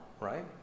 right